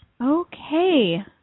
Okay